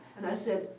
i said,